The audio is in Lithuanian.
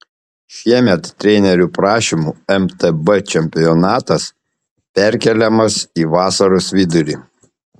šiemet trenerių prašymų mtb čempionatas perkeliamas į vasaros vidurį